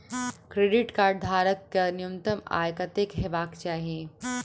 Credit card धारक कऽ न्यूनतम आय कत्तेक हेबाक चाहि?